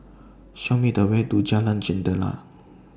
Show Me The Way to Jalan Jentera